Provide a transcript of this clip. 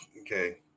Okay